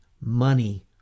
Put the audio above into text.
money